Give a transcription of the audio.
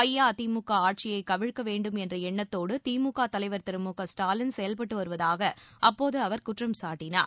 அஇஅதிமுக ஆட்சியைக் கவிழ்க்க வேண்டும் என்ற எண்ணத்தோடு திமுக தலைவர் மு க ஸ்டாலின் செயல்பட்டு வருவதாக அப்போது அவர் குற்றம் சாட்டினார்